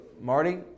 Marty